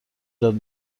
جان